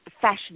fashion